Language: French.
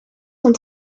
sont